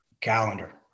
calendar